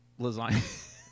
lasagna